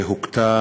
שהוכתה